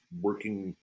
working